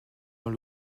dans